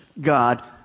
God